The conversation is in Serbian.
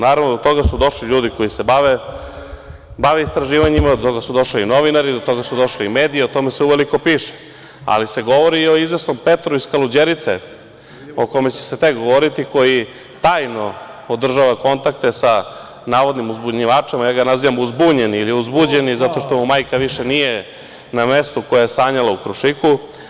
Naravno, do toga su došli ljudi koji se bave istraživanjima, do toga su došli novinari, do toga su došli mediji, o tome se uveliko piše, ali se govori i o izvesnom Petru iz Kaluđerice, o kome će se tek govoriti, koji tajno održava kontakte sa navodnim uzbunjivačem, a ja ga nazivam uzbunjeni ili uzbuđeni, zato što mu majka više nije na mestu koje je sanjala u „Krušiku“